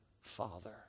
Father